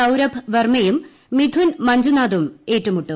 സൌരഭ് വെർമ്മയും മിഥുൻ മഞ്ചുനാഥും ഏറ്റുമുട്ടും